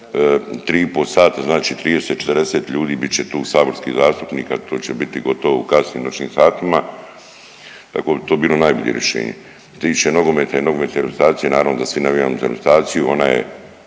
po sata znači 30, 40 ljudi bit će tu saborskih zastupnika, to će biti gotovo u kasnim noćnim satima tako da bi to bilo najbolje rješenje. Što se tiče nogometa i nogometne reprezentacije, naravno da svi navijamo za reprezentaciju, ona je